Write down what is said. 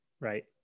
right